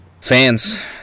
fans